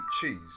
cheese